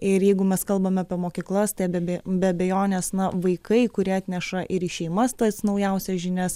ir jeigu mes kalbame apie mokyklas stebimi be abejonės na vaikai kurie atneša ir į šeimas tas naujausias žinias